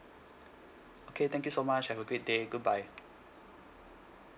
okay thank you so much have a great day good bye